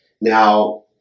Now